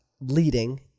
leading